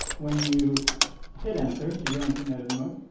when you hit enter, you go into an edit mode,